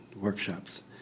workshops